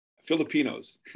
Filipinos